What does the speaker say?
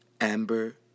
Amber